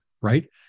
right